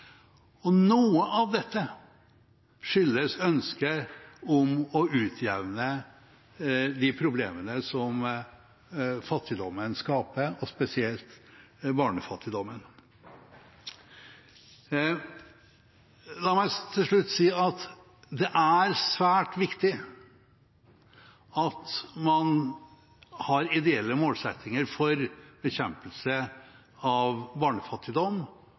Noe av dette skyldes ønsket om å utjevne problemene fattigdommen skaper, og spesielt barnefattigdommen. La meg til slutt si at det er svært viktig at man har ideelle målsettinger for bekjempelse av barnefattigdom,